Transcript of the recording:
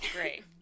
Great